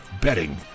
betting